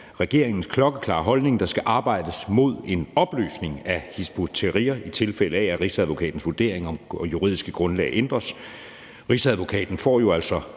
regeringens klokkeklare holdning, at der skal arbejdes mod en opløsning af Hizb ut-Tahrir, i tilfælde af at Rigsadvokatens vurdering om det juridiske grundlag ændres. Rigsadvokaten får jo altså